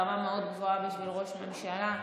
רמה מאוד גבוהה בשביל ראש הממשלה.